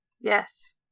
Yes